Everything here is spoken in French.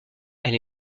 elle